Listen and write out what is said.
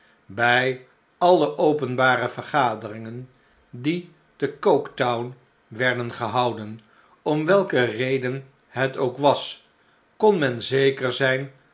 bij alle openbare vergaderingen diete coketown werden gehouden om welke reden het ook was kon men zeker zijn